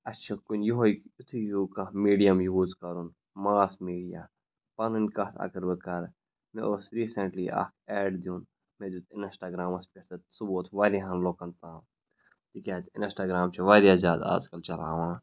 اَسہِ چھُ کُنہِ یِہوے یُتھُے ہیوٗ کانٛہہ میٖڈیم یوٗز کَرُن ماس میٖڈیا پَنٕنۍ کَتھ اگر بہٕ کَرٕ مےٚ اوس ریٖسٮ۪نٛٹلی اَکھ ایڈ دیُن مےٚ دیُت اِنَسٹاگرٛامَس پٮ۪ٹھ تہٕ سُہ ووت واریاہَن لُکَن تام تِکیٛازِ اِنَسٹاگرٛام چھِ واریاہ زیادٕ اَزکَل چَلاوان